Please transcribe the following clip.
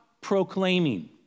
proclaiming